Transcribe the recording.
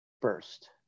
first